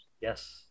Yes